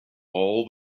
all